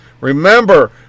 Remember